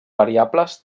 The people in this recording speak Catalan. variables